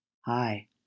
Hi